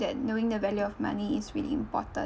that knowing the value of money is really important